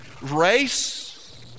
Race